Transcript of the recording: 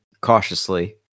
cautiously